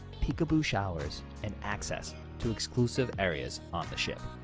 peekaboo showers, and access to exclusive areas on the ship.